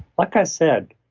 like i said,